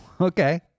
Okay